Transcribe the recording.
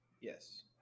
yes